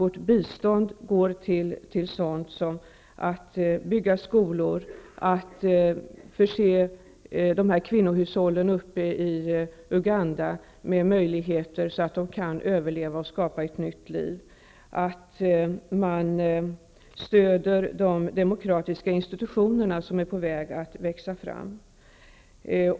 Vårt bistånd går till sådant som att bygga skolor, förse kvinnohushållen i Uganda med möjligheter att överleva och skapa ett nytt liv, och stöder de demokratiska institutioner som är på väg att växa fram.